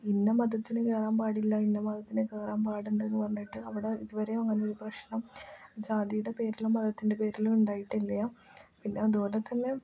ഇന്ന മതത്തിനു കയറാൻ പാടില്ല ഇന്ന മതത്തിനു കയറാൻ പാടുണ്ടെന്നു പറഞ്ഞിട്ട് അവിടെ ഇതുവരെയും അങ്ങനെ ഒരു പ്രശ്നം ജാതിയുടെ പേരിലോ മതത്തിൻ്റെ പേരിലോ ഉണ്ടായിട്ടില്ല പിന്നതുപോലെ തന്നെ